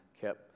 kept